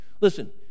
Listen